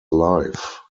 life